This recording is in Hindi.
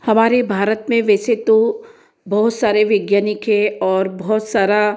हमारे भारत में वैसे तो बहुत सारे वैज्ञानिक हैं और बहुत सारा